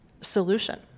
solution